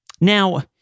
Now